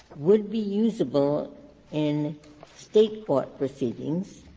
would be usable in state court proceedings